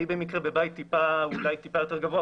אני במקרה בבית טיפה יותר גבוה,